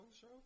Show